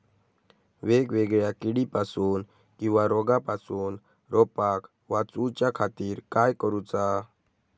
वेगवेगल्या किडीपासून किवा रोगापासून रोपाक वाचउच्या खातीर काय करूचा?